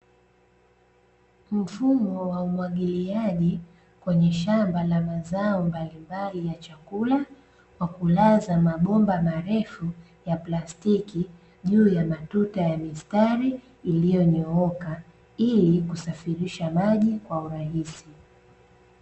Mfumo wa umwagiliaji, kwenye shamba la mazao mbalimbali ya chakula, kwa kulaza mabomba marefu ya plastiki juu ya matuta ya mistari iliyonyooka, ili kusafirisha maji kwa urahisi.